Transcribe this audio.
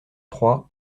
trois